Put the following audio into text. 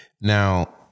Now